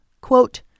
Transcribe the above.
Quote